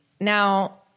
Now